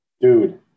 Dude